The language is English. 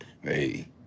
Hey